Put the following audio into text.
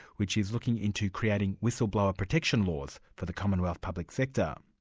which is looking into creating whistleblower protection laws, for the commonwealth public sector.